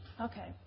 Okay